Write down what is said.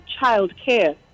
childcare